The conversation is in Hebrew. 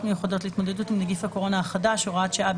מיוחדות להתמודדות עם נגיף הקורונה החדש (הוראת שעה)